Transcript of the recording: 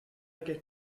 get